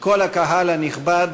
כל הקהל הנכבד,